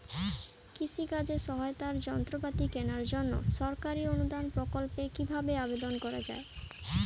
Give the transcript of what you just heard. কৃষি কাজে সহায়তার যন্ত্রপাতি কেনার জন্য সরকারি অনুদান প্রকল্পে কীভাবে আবেদন করা য়ায়?